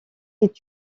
est